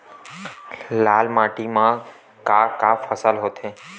लाल माटी म का का फसल होथे?